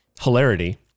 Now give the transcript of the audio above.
hilarity